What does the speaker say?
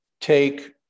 take